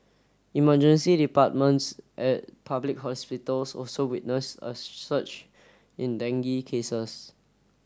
emergency departments at public hospitals also witnessed a surge in dengue cases